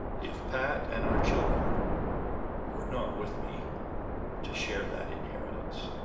if pat and our children were not with me to share that inheritance.